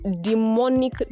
demonic